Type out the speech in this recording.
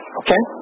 okay